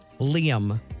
Liam